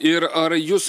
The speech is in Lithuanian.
ir ar jūs